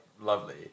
lovely